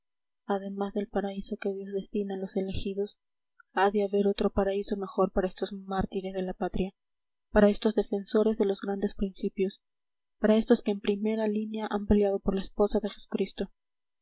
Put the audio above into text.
además del paraíso que dios destina a los elegidos ha de haber otro paraíso mejor para estos mártires de la patria para estos defensores de los grandes principios para estos que en primera línea han peleado por la esposa de jesucristo